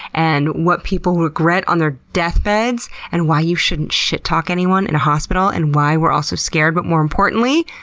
and what people regret on their deathbeds, and why you shouldn't shit-talk anyone in a hospital, and why we're all so scared. but more importantly,